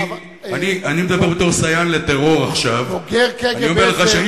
אני מדבר בתור סייען לטרור עכשיו --- "בוגר קג"ב" זה מוגזם